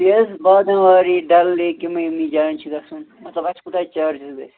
بیٚیہِ حظ بادام واری ڈَل لیک یِمنٕے یِمنٕے جایَن چھُ گژھُن مطلب اَسہِ کوٗتاہ چارجِز گژھِ